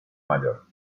mayor